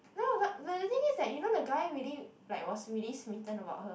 no but but the thing is that you know the guy really like was really smitten about her